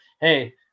Hey